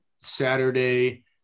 Saturday